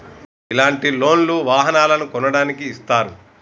ఇలాంటి లోన్ లు వాహనాలను కొనడానికి ఇస్తారు